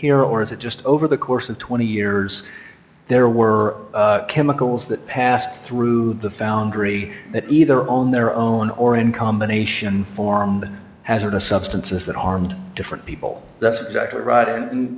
here or is it just over the course of twenty years there were chemicals that passed through the foundry that either own their own or in combination formed hazardous substances that harmed different people that's exactly right and